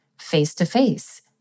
face-to-face